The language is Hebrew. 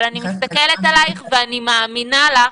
אבל אני מסתכלת עלייך, ואני מאמינה לך,